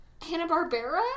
Hanna-Barbera